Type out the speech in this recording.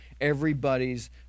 everybody's